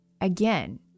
again